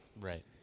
Right